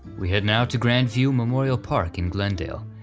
we head now to grand view memorial park in glendale,